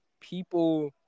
people